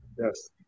Yes